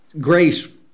grace